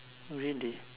really